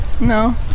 No